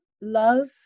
Love